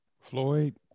Floyd